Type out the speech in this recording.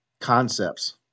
concepts